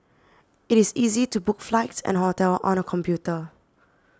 it is easy to book flights and hotels on the computer